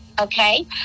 okay